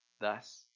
Thus